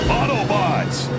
Autobots